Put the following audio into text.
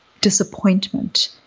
disappointment